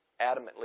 adamantly